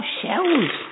shells